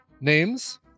names